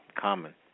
common